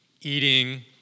Eating